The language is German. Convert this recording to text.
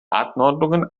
anordnungen